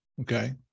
Okay